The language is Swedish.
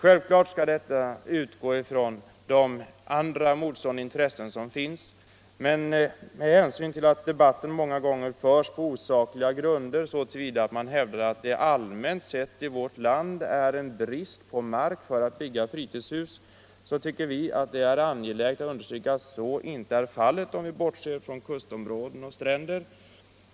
Självfallet skall då också beaktas de andra, motstående intressen som här finns, men med hänsyn till att debatten många gånger förs på osakliga grunder — så till vida att man hävdar att det allmänt sett i vårt land råder brist på mark för byggande av fritidshus — anser vi det angeläget understryka att så inte är fallet. Jag bortser då från kustområden och stränder.